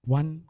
one